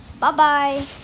Bye-bye